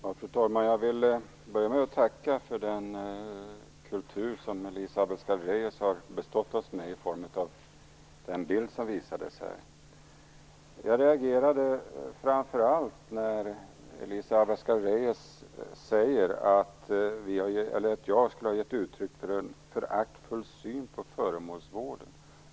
Fru talman! Jag vill börja med att tacka för den kultur som Elisa Abascal Reyes har bestått oss med i form av den bild som visades här. Jag reagerade framför allt när Elisa Abascal Reyes sade att jag skulle ha gett uttryck för en föraktfull syn på föremålsvården.